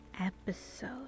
episode